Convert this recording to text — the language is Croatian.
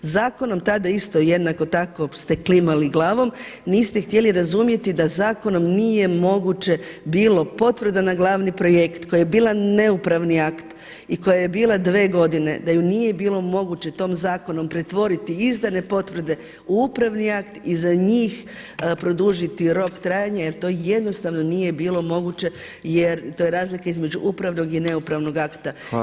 Zakonom tada isto jednako tako ste klimali glavom, niste htjeli razumjeti da zakonom nije moguće bilo potvrda na glavni projekt koji je bila neupravni akt i koja je bila dve godine da ju nije bilo moguće tom zakonom pretvoriti izdane potvrde u upravni akt i za njih produžiti rok trajanja jer to jednostavno nije bilo moguće jer to je razlika između upravnog i neupravnog akta.